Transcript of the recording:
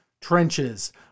trenches